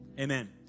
Amen